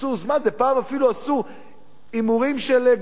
פעם אפילו עשו הימורים על גלדיאטורים,